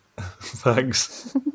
Thanks